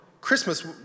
Christmas